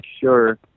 sure